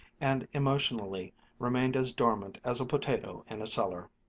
and emotionally remained as dormant as a potato in a cellar.